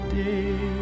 day